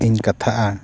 ᱤᱧ ᱠᱟᱛᱷᱟᱜᱼᱟ